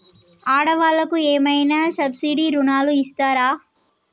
ఆడ వాళ్ళకు ఏమైనా సబ్సిడీ రుణాలు ఇస్తారా?